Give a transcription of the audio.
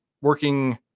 working